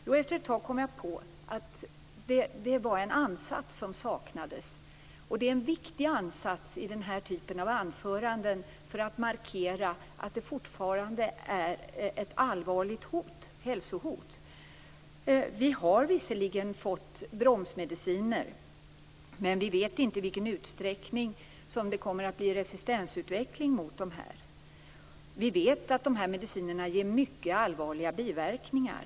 Jo, efter ett tag kom jag på att det var en ansats som saknades, och det är en viktig ansats i den här typen av anföranden för att markera att det fortfarande är ett allvarligt hälsohot. Det har visserligen kommit bromsmediciner, men vi vet inte i vilken utsträckning som det kommer att bli resistensutveckling mot dem. Vi vet att de här medicinerna ger mycket allvarliga biverkningar.